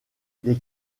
les